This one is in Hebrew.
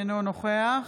אינו נוכח